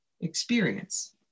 experience